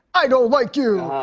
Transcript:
i don't like you!